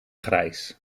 grijs